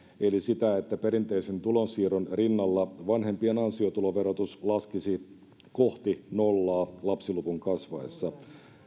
eli sitä että perinteisen tulonsiirron rinnalla vanhempien ansiotuloverotus laskisi kohti nollaa lapsiluvun kasvaessa